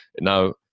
Now